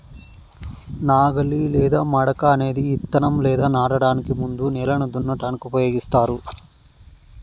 నాగలి లేదా మడక అనేది ఇత్తనం లేదా నాటడానికి ముందు నేలను దున్నటానికి ఉపయోగిస్తారు